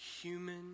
human